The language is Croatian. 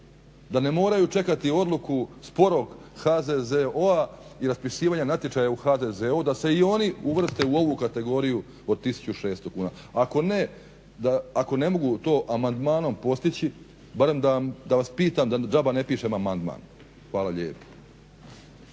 da ne moraju čekati odluku sporog HZZO-a i raspisivanja natječaja u HZZ-u da se i oni uvrste u ovu kategoriju od 1600 kuna. Ako ne mogu to amandmanom postići barem da vas pitam da džaba ne pišem amandman. Hvala lijepa.